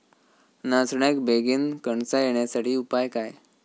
नाचण्याक बेगीन कणसा येण्यासाठी उपाय काय?